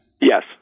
Yes